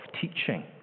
teaching